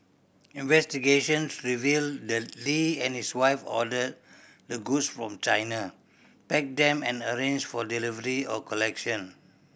investigations revealed that Lee and his wife ordered the goods from China packed them and arranged for delivery or collection